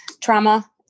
trauma